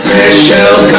Michelle